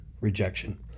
rejection